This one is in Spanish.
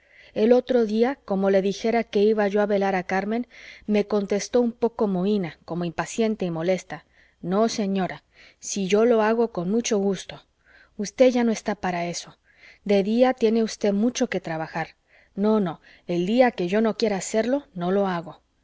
el otro día como le dijera que iba yo a velar a carmen me contestó un poco mohina como impaciente y molesta no señora si yo lo hago con mucho gusto usted ya no está para eso de día tiene usted mucho que trabajar no no el día que yo no quiera hacerlo no lo hago